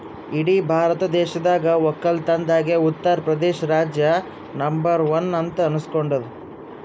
ಇಡೀ ಭಾರತ ದೇಶದಾಗ್ ವಕ್ಕಲತನ್ದಾಗೆ ಉತ್ತರ್ ಪ್ರದೇಶ್ ರಾಜ್ಯ ನಂಬರ್ ಒನ್ ಅಂತ್ ಅನಸ್ಕೊಂಡಾದ್